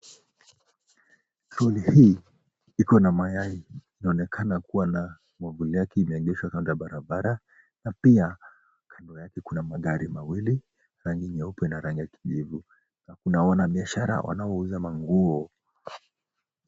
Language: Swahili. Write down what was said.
Troli hii ikona na mayai, inaonekana kuwa na mwavuli yake imeegeshwa kando ya barabara na pia nyuma yake kuna magari mawili rangi nyeupe na rangi ya kijivu na kuna wanbiashara wanaouza manguo.